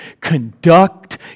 conduct